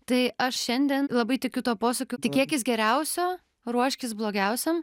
tai aš šiandien labai tikiu tuo posakiu tikėkis geriausio ruoškis blogiausiam